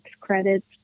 credits